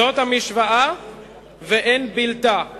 זאת הפעם החמישית שאתה קורא את אותו